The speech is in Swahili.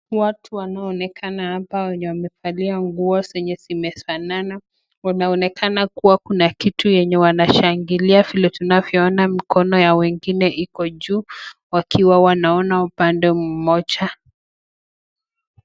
Watu wanaonekana hapa wenye wamevalia nguo zenye zimefanana, wanaonekana kuwa kuna kitu yenye wanashingilia vile tunavyoona mkono ya wengine iko juu, wakiwa wanaona upande mmoja.